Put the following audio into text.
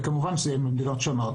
כמובן שזה ממדינות שונות,